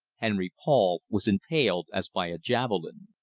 henry paul was impaled as by a javelin.